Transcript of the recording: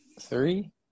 Three